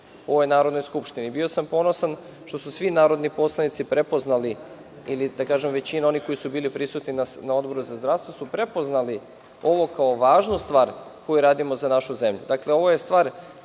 u ovoj Narodnoj skupštini. Bio sam ponosan što su svi narodni poslanici prepoznali, ili da kažem većina oni koji su bili prisutni na Odboru za zdravstvo su prepoznali ovo kao važnu stvar koju radimo za našu zemlju. Dakle, ovo je stvar